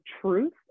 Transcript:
truth